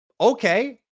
okay